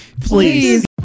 Please